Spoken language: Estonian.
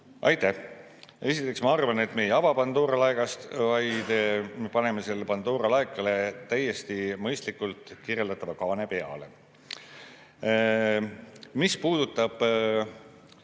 Esiteks, ma arvan, et me ei ava Pandora laegast, vaid me paneme sellele Pandora laekale täiesti mõistlikult kirjeldatava kaane peale. Mis puudutab